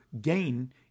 gain